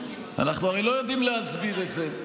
אנחנו הרי לא יודעים להסביר את זה,